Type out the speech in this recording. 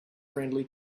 friendly